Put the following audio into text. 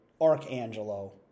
Archangelo